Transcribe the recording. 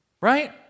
Right